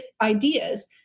ideas